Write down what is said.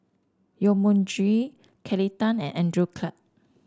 Yong Mun Chee Kelly Tang and Andrew Clarke